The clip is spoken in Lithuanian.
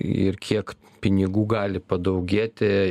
ir kiek pinigų gali padaugėti